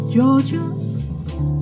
Georgia